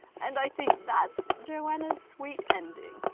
and i think that's joanna's sweet ending.